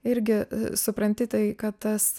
irgi supranti tai kad tas